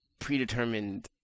predetermined